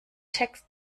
text